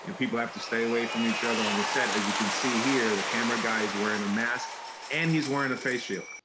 and people have to stay away from each other on the set, as you can see here, the camera guy's wearing a mask and he's wearing a face shield.